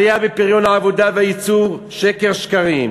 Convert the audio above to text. עלייה בפריון העבודה והייצור, שקר שקרים.